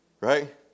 right